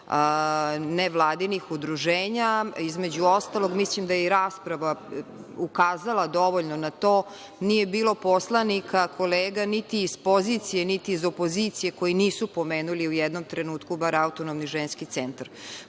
nevladinih udruženja. Između ostalog, mislim da je i rasprava ukazala dovoljno na to da nije bilo poslanika, kolega, niti iz pozicije niti iz opozicije, koji nisu pomenuli u jednom trenutku bar Autonomni ženski centar. Potpuno